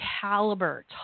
caliber